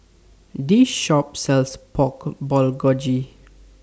This Shop sells Pork Bulgogi